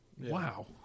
Wow